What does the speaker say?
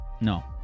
no